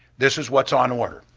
this is what's on order.